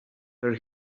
where